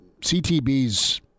CTB's